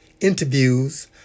interviews